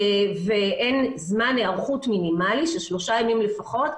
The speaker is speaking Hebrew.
ואין זמן היערכות מינימלי של שלושה ימים לפחות,